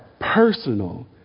personal